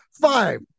five